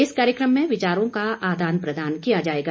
इस कार्यक्रम में विचारों का आदान प्रदान किया जाएगा